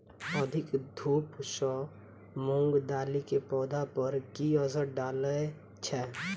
अधिक धूप सँ मूंग दालि केँ पौधा पर की असर डालय छै?